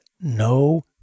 no